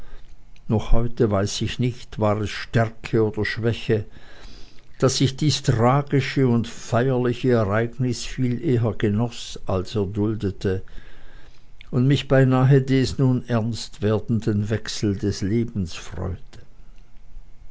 noch heute weiß ich nicht war es stärke oder schwäche daß ich dies tragische und feierliche ereignis viel eher genoß als erduldete und mich beinahe des nun ernst werdenden wechsels des lebens freute